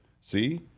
See